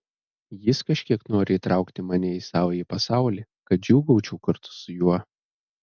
jis kažkiek nori įtraukti mane į savąjį pasaulį kad džiūgaučiau kartu su juo